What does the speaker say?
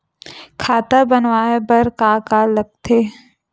खाता बनवाय बर का का लगथे?